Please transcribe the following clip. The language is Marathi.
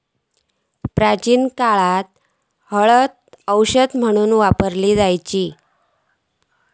प्राचीन काळात हळदीक औषध म्हणून वापरला जायचा